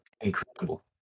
incredible